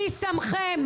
מי שמכם?